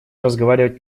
разговаривать